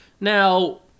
Now